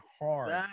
hard